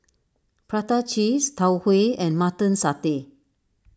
Prata Cheese Tau Huay and Mutton Satay